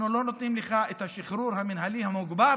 אנחנו לא נותנים לך את השחרור המינהלי המוגבר